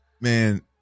Man